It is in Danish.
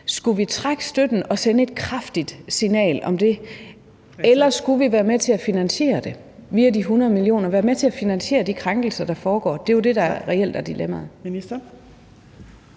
Skulle vi trække støtten for at sende et kraftigt signal om det? Eller skulle vi via de 100 mio. kr. være med til at finansiere de krænkelser, der foregår? Det er jo det, der reelt er dilemmaet.